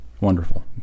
wonderful